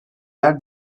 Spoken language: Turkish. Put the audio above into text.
yer